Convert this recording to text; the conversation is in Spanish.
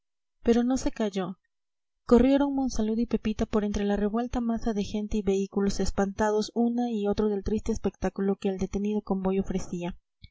pero no se cayó corrieron monsalud y pepita por entre la revuelta masa de gente y vehículos espantados una y otro del triste espectáculo que el detenido convoy ofrecía